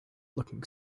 looking